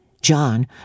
john